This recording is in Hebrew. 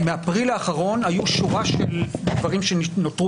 באפריל האחרון היו שורה של דברים שנותרו